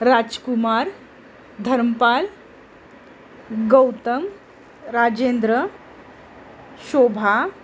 Rajkumar Dharmpal Gautam Rajendra Shobha